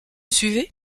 suivez